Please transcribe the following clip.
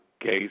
case